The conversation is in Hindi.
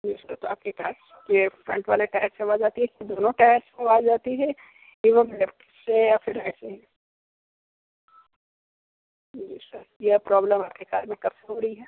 जी सर तो आपके कार के फ्रंट वाले टायर से आवाज़ आती है कि दोनों टायर से आवाज़ आती है एवं लेफ़्ट से या फिर राइट से जी सर यह प्रॉब्लम आपके कार में कब से हो रही है